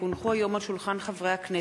כי הונחו היום על שולחן הכנסת,